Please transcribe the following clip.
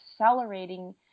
accelerating